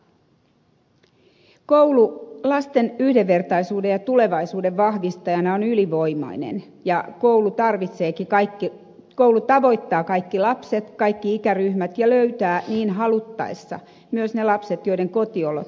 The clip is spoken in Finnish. koulu lasten yhdenvertaisuuden ja tulevaisuuden vahvistajana on ylivoimainen ja koulu tavoittaa kaikki lapset kaikki ikäryhmät ja löytää niin haluttaessa myös ne lapset joiden kotiolot tarvitsevat tukea